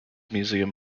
museum